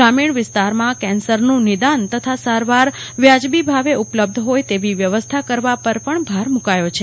શ્રામિણ વિસ્તારમાં કેન્સરનું નિદાન તથા સારવાર વાજબી ભાવે ઉપલબ્ધ હોય તેવી વ્યવસ્થા કરવા પર ભાર મૂક્યો છે